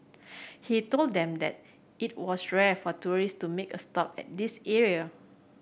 he told them that it was rare for tourist to make a stop at this area